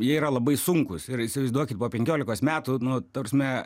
jie yra labai sunkūs ir įsivaizduokit po penkiolikos metų nu ta prasme